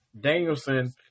Danielson